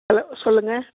hello சொல்லுங்க